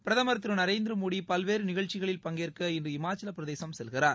பிரதமர் திரு நரேந்திர மோடி பல்வேறு நிகழ்ச்சிகளில் பங்கேற்க இன்று இமாச்சல பிரதேசம் செல்கிறார்